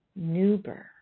Newber